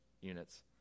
units